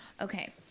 okay